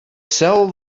sell